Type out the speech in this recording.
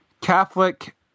catholic